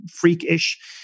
freak-ish